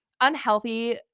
unhealthy